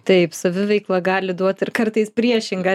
taip saviveikla gali duot ir kartais priešingą